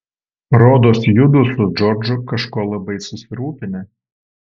rodos judu su džordžu kažko labai susirūpinę